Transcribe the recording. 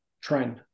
trend